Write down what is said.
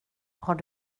har